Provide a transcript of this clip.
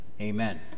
Amen